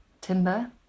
timber